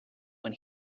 when